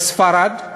בספרד,